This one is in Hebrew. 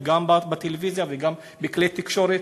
וגם בטלוויזיה וגם בכלי תקשורת.